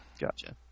gotcha